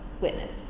witness